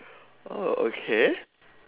oh okay